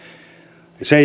se